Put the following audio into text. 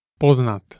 Poznat